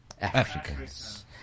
Africans